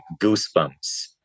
Goosebumps